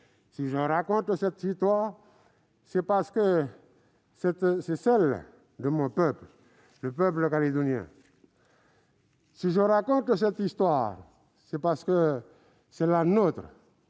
Si je raconte cette histoire, c'est parce que c'est celle de mon peuple, le peuple calédonien. Si je raconte cette histoire, c'est parce que c'est la nôtre,